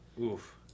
Oof